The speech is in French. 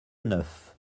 neuf